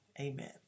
amen